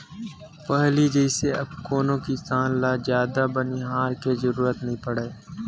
पहिली जइसे अब कोनो किसान ल जादा बनिहार के जरुरत नइ पड़य